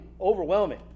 overwhelming